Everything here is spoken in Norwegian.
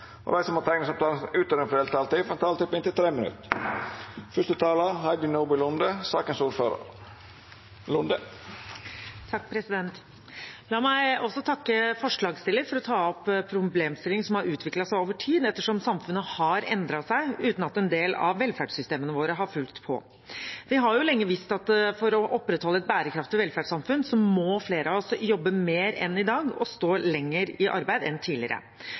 som måtte teikna seg på talarlista utover den fordelte taletida, får ei taletid på inntil 3 minutt. La meg takke forslagsstillerne for å ta opp problemstillinger som har utviklet seg over tid, ettersom samfunnet har endret seg uten at en del av velferdssystemene våre har fulgt på. Vi har lenge visst at for å opprettholde et bærekraftig velferdssamfunn må flere av oss jobbe mer enn i dag og stå lenger i arbeid enn tidligere.